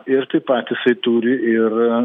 ir tai pat jisai turi ir